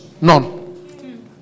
None